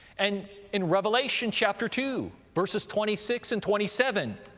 and in revelation, chapter two, verses twenty six and twenty seven,